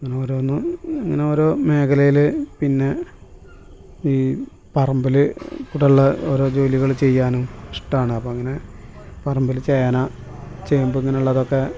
അങ്ങനോരോന്ന് അങ്ങനെ ഓരോ മേഖലയിൽ പിന്നെ ഈ പറമ്പില് കൂടെ ഉള്ള ഓരോ ജോലികള് ചെയ്യാനും ഇഷ്ട്ടമാണ് അപ്പോൾ അങ്ങനെ പറമ്പില് ചേന ചേമ്പ് ഇങ്ങനെ ഉള്ളതൊക്കെ